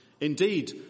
Indeed